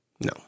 No